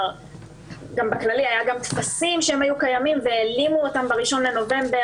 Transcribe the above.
היו קיימים גם טפסים והעלימו אותם ב-1 בנובמבר.